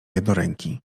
jednoręki